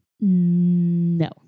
No